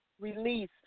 release